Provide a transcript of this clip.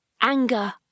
Anger